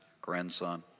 grandson